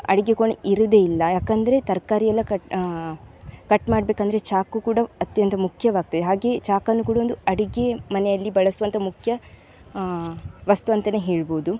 ಅಡಿಗೆ ಕೋಣೆ ಇರುವುದೇ ಇಲ್ಲ ಯಾಕೆಂದ್ರೆ ತರಕಾರಿಯೆಲ್ಲ ಕಟ್ ಕಟ್ ಮಾಡಬೇಕಂದ್ರೆ ಚಾಕು ಕೂಡ ಅತ್ಯಂತ ಮುಖ್ಯವಾಗ್ತದೆ ಹಾಗೆಯೇ ಚಾಕುವನ್ನು ಕೂಡ ಒಂದು ಅಡಿಗೆ ಮನೆಯಲ್ಲಿ ಬಳಸುವಂತಹ ಮುಖ್ಯ ವಸ್ತು ಅಂತಲೇ ಹೇಳ್ಬೋದು